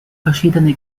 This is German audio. verschiedene